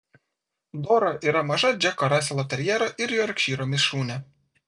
dora yra maža džeko raselo terjero ir jorkšyro mišrūnė